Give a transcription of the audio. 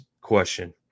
question